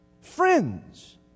friends